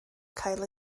cael